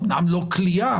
אמנם לא כליאה,